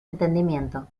entendimiento